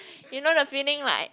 you know the feeling like